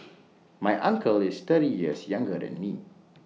my uncle is thirty years younger than me